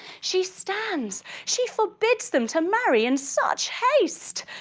she stands, she forbids them to marry in such haste.